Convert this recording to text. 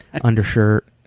undershirt